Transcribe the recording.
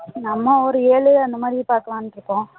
நம்ம ஒரு ஏழு அந்தமாதிரி பார்க்கலாம்னு இருக்கோம்